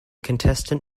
contestant